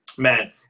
Man